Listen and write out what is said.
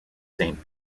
saint